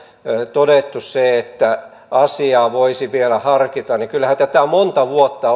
todettu se että asiaa voisi vielä harkita kyllähän tämä asia on monta vuotta